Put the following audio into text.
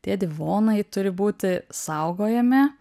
tie divonai turi būti saugojami